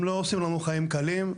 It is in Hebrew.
הם לא עושים לנו חיים קלים,